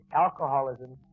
alcoholism